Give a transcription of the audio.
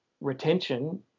retention